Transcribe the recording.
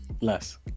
less